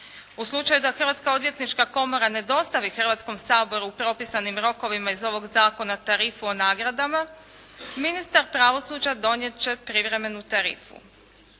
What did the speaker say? U slučaju da Hrvatska odvjetnička komora ne dostavi Hrvatskom saboru u propisanim rokovima iz ovog zakona tarifu o nagradama, ministar pravosuđa donijet će privremenu tarifu.